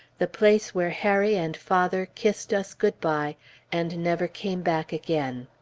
the place where harry and father kissed us good-bye and never came back again!